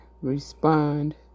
Respond